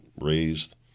raised